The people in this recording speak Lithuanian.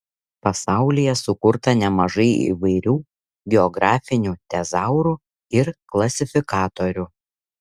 pasaulyje sukurta nemažai įvairių geografinių tezaurų ir klasifikatorių